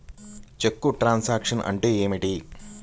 చెక్కు truncation అంటే ఏమిటి?